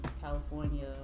California